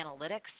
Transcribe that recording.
analytics